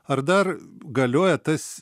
ar dar galioja tas